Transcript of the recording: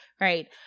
right